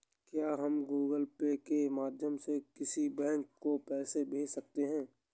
क्या हम Google Pay के माध्यम से किसी बैंक को पैसे भेज सकते हैं?